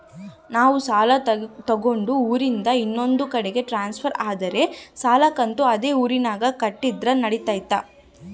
ನಾವು ಸಾಲ ತಗೊಂಡು ಊರಿಂದ ಇನ್ನೊಂದು ಕಡೆ ಟ್ರಾನ್ಸ್ಫರ್ ಆದರೆ ಸಾಲ ಕಂತು ಅದೇ ಊರಿನಾಗ ಕಟ್ಟಿದ್ರ ನಡಿತೈತಿ?